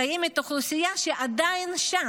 קיימת אוכלוסייה שעדיין שם,